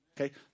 Okay